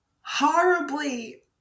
horribly